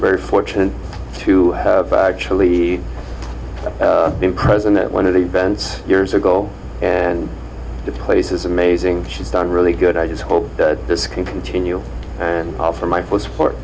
very fortunate to have actually been present at one of the events years ago and the place is amazing she's done really good i just hope that this can continue and offer my full support